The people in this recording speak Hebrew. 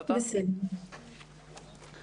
הבית הוא בית הספר שבו הוא אמור ללמוד.